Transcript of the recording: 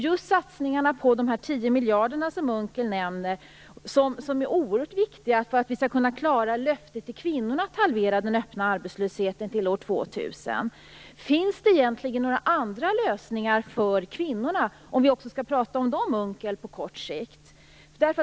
Just satsningen med de 10 miljarder som Unckel nämner är oerhört viktig för att vi skall kunna klara löftet till kvinnorna att halvera den öppna arbetslösheten till år 2000. Finns det egentligen några andra lösningar för kvinnorna - om vi också skall tala om dem, Per Unckel - på kort sikt?